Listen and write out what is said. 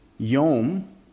Yom